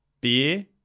beer